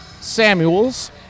Samuels